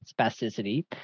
spasticity